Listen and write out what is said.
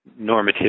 normativity